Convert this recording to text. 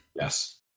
Yes